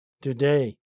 Today